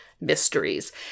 mysteries